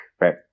right